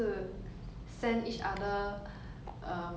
then 我们 send 来 send 去她 send 错